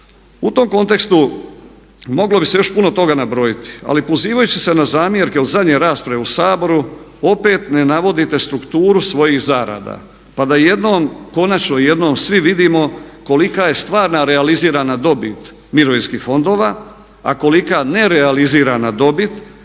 U tom kontekstu moglo bi se još puno toga nabrojiti ali pozivajući se na zamjerke u zadnjoj raspravi u Saboru opet ne navodite strukturu svojih zarada pa da jednom, konačno jednom svi vidimo kolika je stvarna realizirana dobit mirovinskih fondova a kolika nerealizirana dobit